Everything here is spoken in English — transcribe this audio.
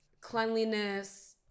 cleanliness